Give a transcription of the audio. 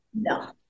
No